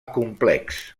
complex